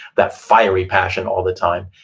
that fiery passion all the time.